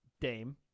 Dame